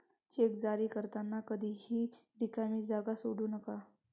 check जारी करताना कधीही रिकामी जागा सोडू नका